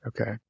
Okay